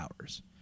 hours